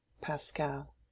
Pascal